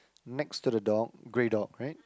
next to the dog grey dog right